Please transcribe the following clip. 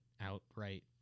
outright